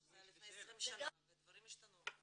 מדובר על מה שהיה לפני 20 שנה ודברים השתנו.